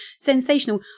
sensational